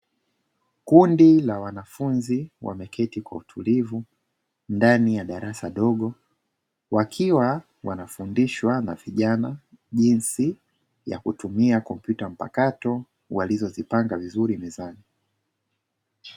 Kundi la wanafunzi wameketi kwa utulivu ndani ya darasa dogo, wakiwa wanafundishwa na vijana jinsi ya kutumia kompyuta mpakato walizozipanga vizuri mezani.